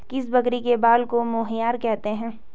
किस बकरी के बाल को मोहेयर कहते हैं?